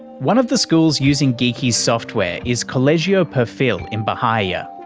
one of the schools using geekie's software is colegio perfil, in bahia.